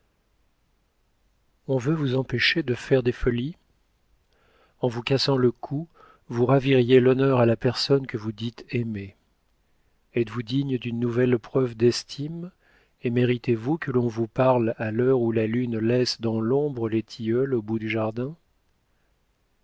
on veut vous empêcher de faire des folies en vous cassant le cou vous raviriez l'honneur à la personne que vous dites aimer êtes-vous digne d'une nouvelle preuve d'estime et méritez vous que l'on vous parle à l'heure où la lune laisse dans l'ombre les tilleuls au bout du jardin